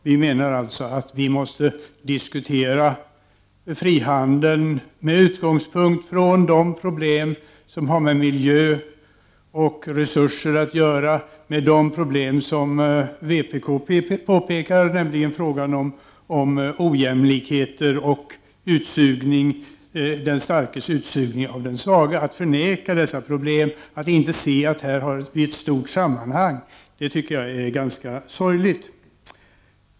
Vi menar att frihandeln måste diskuteras med utgångspunkt i de problem som har med miljö och resurser att göra och med de problem som vpk påpekar, nämligen ojämlikheten och den starkes utsugning av den svage. Att förneka dessa problem, att inte se att vi här har ett stort sammanhang, tycker jag är ganska sorgligt.